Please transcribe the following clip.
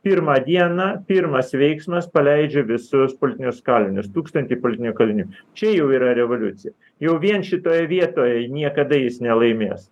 pirmą dieną pirmas veiksmas paleidžiu visus politinius kalinius tūkstantį politinių kalinių čia jau yra revoliucija jau vien šitoje vietoje niekada jis nelaimės